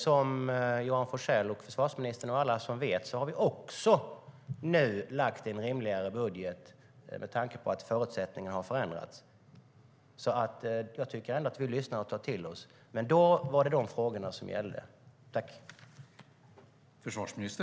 Som Johan Forssell, försvarsministern och alla vet har vi nu lagt fram ett rimligare budgetförslag med tanke på att förutsättningarna har förändrats, så jag tycker att vi lyssnar och tar till oss. Men då var det dessa frågor som gällde.